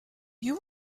you